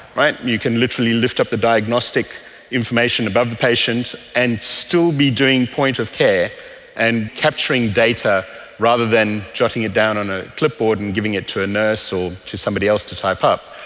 you can literally lift up the diagnostic information above the patient and still be doing point of care and capturing data rather than jotting it down on a clipboard and giving it to a nurse or to somebody else to type up.